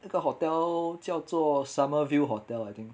那个 hotel 叫做 summer view hotel I think